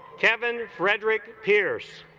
kevin frederick pierce